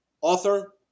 author